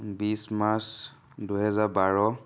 বিছ মাৰ্চ দুহেজাৰ বাৰ